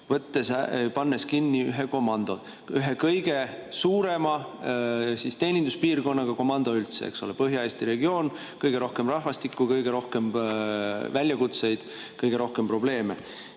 pannes kinni ühe komando, ühe kõige suurema teeninduspiirkonnaga komando üldse, eks ole. Põhja-Eesti regioonis on kõige rohkem rahvastikku, kõige rohkem väljakutseid ja kõige rohkem probleeme.